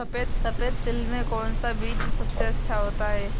सफेद तिल में कौन सा बीज सबसे अच्छा होता है?